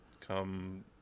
Come